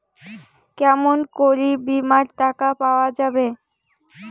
কেমন করি বীমার টাকা পাওয়া যাবে?